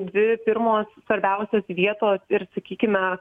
dvi pirmos svarbiausios vietos ir sakykime